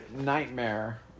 nightmare